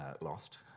lost